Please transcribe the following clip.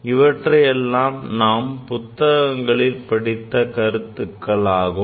இவையெல்லாம் நாம் புத்தகங்களில் படித்த கருத்துக்களாகும்